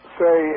say